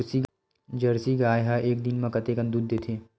Jersey गाय ह एक दिन म कतेकन दूध देथे?